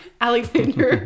Alexander